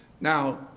Now